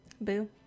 Boo